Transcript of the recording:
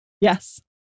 Yes